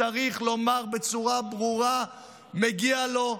צריך לומר בצורה ברורה שמגיע לו.